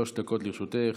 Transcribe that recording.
שלוש דקות לרשותך,